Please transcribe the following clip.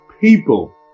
people